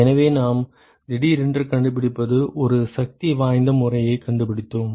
எனவே நாம் திடீரென்று கண்டுபிடித்தது ஒரு சக்திவாய்ந்த முறையைக் கண்டுபிடித்தோம்